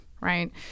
right